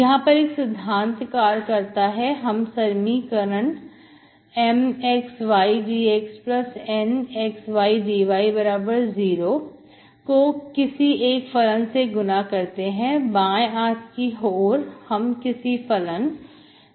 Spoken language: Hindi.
यहां पर एक सिद्धांत कार्य करता है हम समीकरण MxydxNxydy0 को किसी एक फलन से गुणा करते हैं बाएं हाथ की ओर हम किसी फलन μx y से गुणा करते हैं